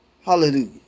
Hallelujah